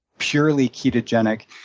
purely ketogenic.